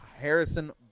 Harrison